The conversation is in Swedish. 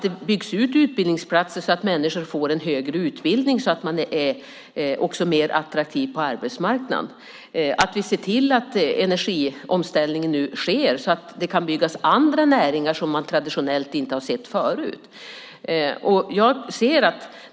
Det byggs ut utbildningsplatser så att människor får en högre utbildning och därför också är mer attraktiva på arbetsmarknaden. Vi ser till att energiomställningen nu sker så att det kan byggas näringar som man traditionellt inte har sett.